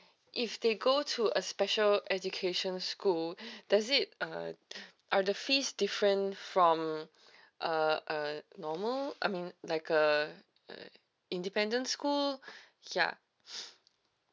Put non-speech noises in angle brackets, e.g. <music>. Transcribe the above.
if they go to a special education school does it uh are the fees different from uh uh normal I mean like uh independent school ya <breath>